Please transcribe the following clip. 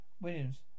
Williams